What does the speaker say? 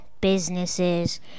businesses